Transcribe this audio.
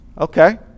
Okay